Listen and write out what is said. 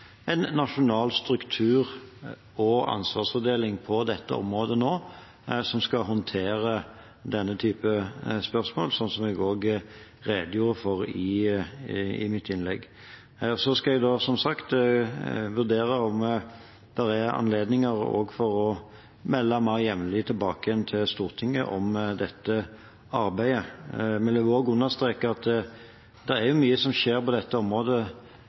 en nasjonal struktur og ansvarsfordeling på dette området, som skal håndtere denne type spørsmål, noe jeg også redegjorde for i mitt innlegg. Så skal jeg også som sagt vurdere om det er anledning til å melde mer jevnlig tilbake til Stortinget om dette arbeidet, men jeg vil understreke at det er mye som skjer på dette området